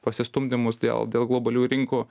pasistumdymus dėl dėl globalių rinkų